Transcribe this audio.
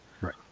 Right